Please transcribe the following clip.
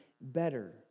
better